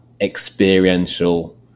experiential